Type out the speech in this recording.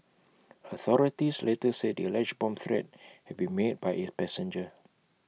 authorities later said the alleged bomb threat had been made by A passenger